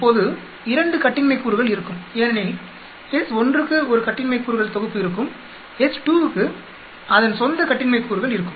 இப்போது 2 கட்டின்மை கூறுகள் இருக்கும் ஏனெனில் s1 க்கு 1 கட்டின்மை கூறுகள் தொகுப்பு இருக்கும் s2 க்கு அதன் சொந்த கட்டின்மை கூறுகள் இருக்கும்